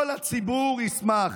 כל הציבור ישמח.